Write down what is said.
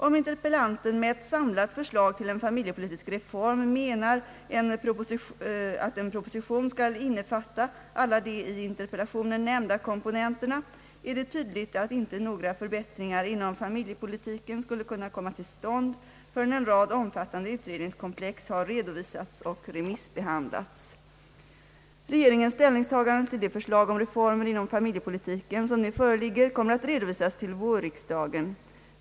Om interpellanten med ett samlat förslag till en familjepolitisk reform menar att en proposition skall innefatta alla de i interpellationen nämnda komponenterna, är det tydligt att inte några förbättringar inom familjepolitiken skulle kunna komma till stånd förrän en rad omfattande utredningskomplex har redovisats och remissbehandlats. Regeringens ställningstagande till de förslag om reformer inom familjepolitiken som nu föreligger kommer att redovisas till vårriksdagen.